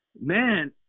man